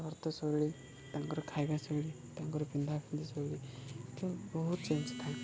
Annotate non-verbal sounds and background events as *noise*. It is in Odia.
ବ୍ରତ ଶୈଳୀ ତାଙ୍କର ଖାଇବା ଶୈଳୀ ତାଙ୍କର ପିନ୍ଧାପିନ୍ଧି ଶୈଳୀ *unintelligible* ବହୁତ ଚେଞ୍ଜ୍ ଥାଏ